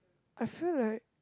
I feel like